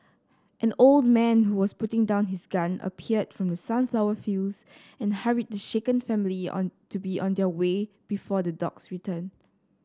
an old man who was putting down his gun appeared from the sunflower fields and hurried the shaken family on to be on their way before the dogs return